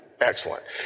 Excellent